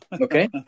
okay